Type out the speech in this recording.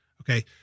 Okay